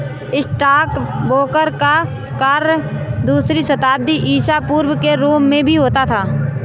stockbroker का कार्य दूसरी शताब्दी ईसा पूर्व के रोम में भी होता था